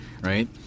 right